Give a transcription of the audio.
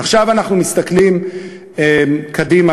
עכשיו אנחנו מסתכלים קדימה,